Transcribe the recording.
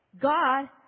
God